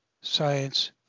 science